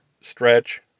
stretch